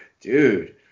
dude